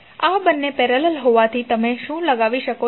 આ બંને પેરેલલ હોવાથી તમે શું લગાવી શકો છો